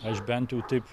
aš bent jau taip